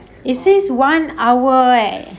it says one hour eh